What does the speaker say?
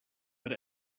but